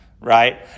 Right